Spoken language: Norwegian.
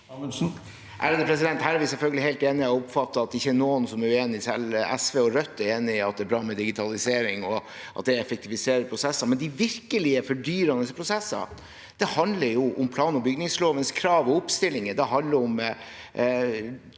Her er vi selvfølgelig helt enige, og jeg opplever at det ikke er noen som er uenige. Selv SV og Rødt er enig i at det er bra med digitalisering, og at det effektiviserer prosessene. De virkelig fordyrende prosessene handler derimot om plan- og bygningslovens krav og oppstillinger.